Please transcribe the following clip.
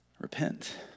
repent